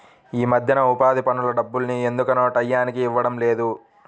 యీ మద్దెన ఉపాధి పనుల డబ్బుల్ని ఎందుకనో టైయ్యానికి ఇవ్వడం లేదు